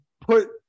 put